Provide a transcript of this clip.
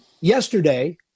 yesterday